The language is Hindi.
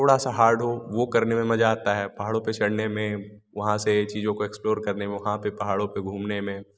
थोड़ा सा हार्ड हो वो करने में मजा आता है पहाड़ों पे चढ़ने में वहाँ से ये चीज़ों को एक्स्प्लोर करने में वहाँ पे पहाड़ों पे घूमने में